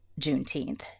Juneteenth